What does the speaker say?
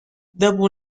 dopo